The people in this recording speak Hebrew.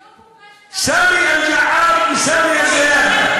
היום הוגש כתב-אישום נגד יהודים ונגד ערבים, יחד.